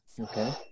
Okay